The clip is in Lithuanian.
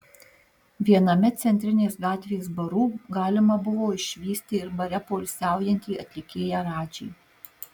viename centrinės gatvės barų galima buvo išvysti ir bare poilsiaujantį atlikėją radžį